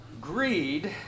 Greed